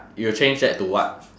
you'll change that to what